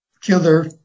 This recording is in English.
Killer